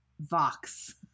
Vox